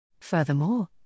Furthermore